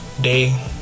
day